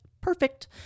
perfect